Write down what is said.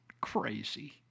Crazy